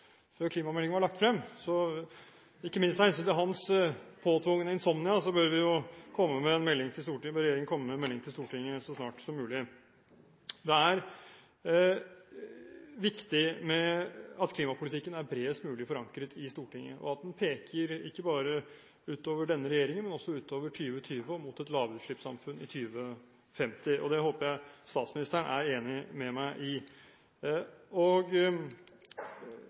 ikke minst av hensyn til hans påtvungne insomnia bør regjeringen komme med en melding til Stortinget så snart som mulig. Det er viktig at klimapolitikken er bredest mulig forankret i Stortinget, og at den ikke bare peker utover denne regjeringen, men også utover 2020 og mot et lavutslippssamfunn i 2050. Det håper jeg statsministeren er enig med meg i. Spørsmålet til statsministeren er derfor om ikke regjeringen bør komme til Stortinget nå, før klimameldingen er lagt frem, og